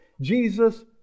Jesus